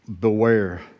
beware